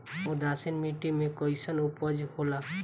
उदासीन मिट्टी में कईसन उपज होला?